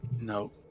No